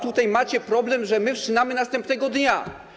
Tutaj macie problem, że my wszczęliśmy następnego dnia.